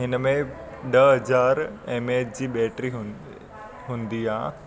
हिन में ॾह हज़ार एम ए एच जी बैट्री हुन हूंदी आहे